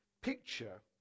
picture